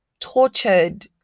tortured